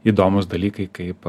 įdomūs dalykai kaip